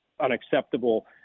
unacceptable